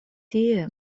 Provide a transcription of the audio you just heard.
tie